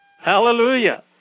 Hallelujah